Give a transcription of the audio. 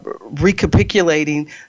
recapitulating